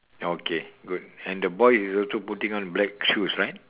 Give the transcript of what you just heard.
okay good and the boy is also putting on black shoes right